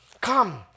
Come